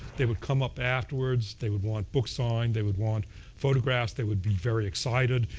they would come up afterwards. they would want books signed. they would want photographs. they would be very excited.